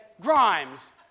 Grimes